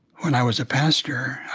when i was a pastor,